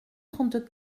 trente